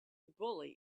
bully